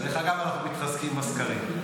דרך אגב, אנחנו מתחזקים בסקרים.